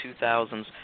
2000s